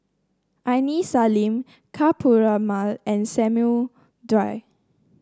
Aini Salim Ka Perumal and Samuel Dyer